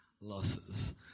losses